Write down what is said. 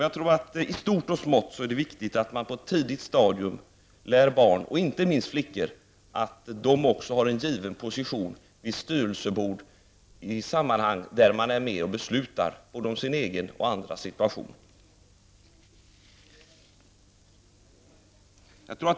Det är viktigt att man i stort och i smått på ett tidigt stadium lär barnen, och inte minst flickor, att också de har en given position vid styrelseborden och andra sammanhang där man beslutar både om sin egen situation och om andras.